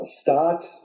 Start